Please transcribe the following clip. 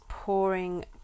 pouring